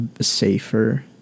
safer